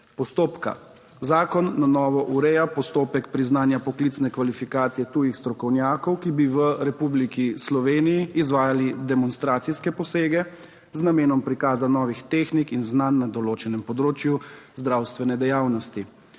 postopka. Zakon na novo ureja postopek priznanja poklicne kvalifikacije tujih strokovnjakov, ki bi v Republiki Sloveniji izvajali demonstracijske posege, z namenom prikaza novih tehnik in znanj na določenem področju zdravstvene dejavnosti.